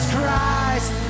Christ